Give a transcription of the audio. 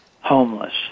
homeless